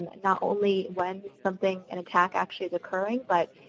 ah not only when something, an attack actually is occurring. but,